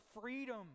freedom